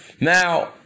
Now